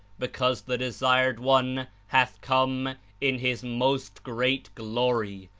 because the desired one hath come in his most great glory.